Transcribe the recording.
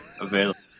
available